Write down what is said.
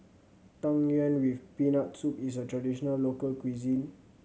Tang Yuen with Peanut Soup is a traditional local cuisine